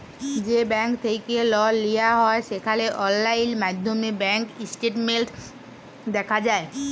যে ব্যাংক থ্যাইকে লল লিয়া হ্যয় সেখালে অললাইল মাইধ্যমে ব্যাংক ইস্টেটমেল্ট দ্যাখা যায়